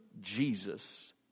Jesus